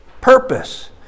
Purpose